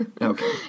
Okay